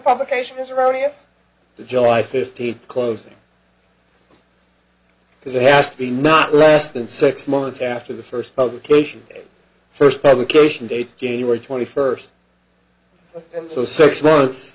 publication is erroneous the july fifteenth closing because it has to be not less than six months after the first publication first publication date january twenty first so six months